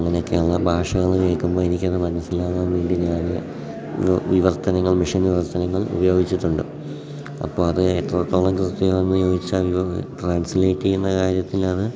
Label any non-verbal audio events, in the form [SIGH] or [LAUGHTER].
അങ്ങനെയൊക്കെയങ്ങ് ഭാഷ എന്ന് കേൾക്കുമ്പോൾ എനിക്കത് മനസ്സിലാകാൻ വേണ്ടി ഞാൻ വിവർത്തനങ്ങൾ മിഷൻ വിവർത്തനങ്ങൾ ഉപയോഗിച്ചിട്ടുണ്ട് അപ്പോൾ അത് എത്രത്തോളം കൃത്യമാണെന്ന് ചോദിച്ചാൽ [UNINTELLIGIBLE] ട്രാൻസ്ലേറ്റ് ചെയ്യുന്ന കാര്യത്തിൽ അത്